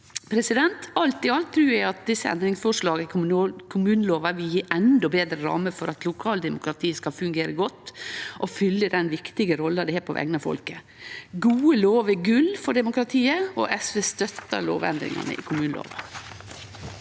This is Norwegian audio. bra. Alt i alt trur eg at desse endringsforslaga i kommunelova vil gje endå betre rammer for at lokaldemokratiet skal fungere godt og fylle den viktige rolla det har på vegner av folket. Gode lover er gull for demokratiet, og SV støttar lovendringane i kommunelova.